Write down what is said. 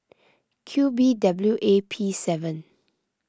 Q B W A P seven